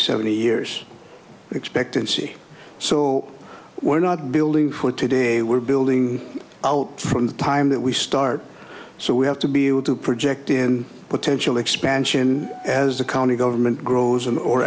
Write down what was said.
seventy years expectancy so we're not building for today we're building out from the time that we start so we have to be able to project in potential expansion as the county government grows and or